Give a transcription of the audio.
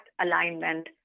alignment